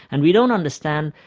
and we don't understand,